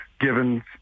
given